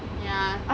ya